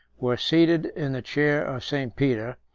were seated in the chair of st. peter,